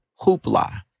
Hoopla